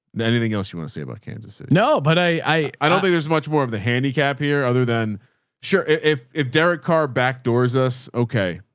and anything else you want to say about kansas city? no, but i, i don't think there's much more of the handicap here other than sure. if, if derek carr backdoors us. okay.